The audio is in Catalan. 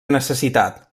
necessitat